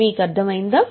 మీకు అర్థం అయిందా